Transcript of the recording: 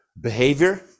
behavior